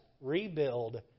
rebuild